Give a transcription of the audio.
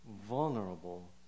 vulnerable